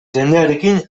jendearekin